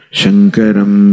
Shankaram